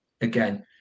again